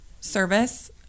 service